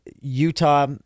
Utah